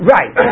Right